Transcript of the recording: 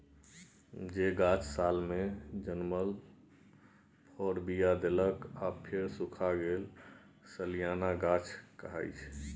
जे गाछ एक सालमे जनमल फर, बीया देलक आ फेर सुखाए गेल सलियाना गाछ कहाइ छै